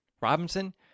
Robinson